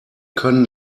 können